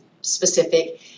specific